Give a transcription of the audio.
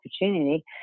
opportunity